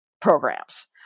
programs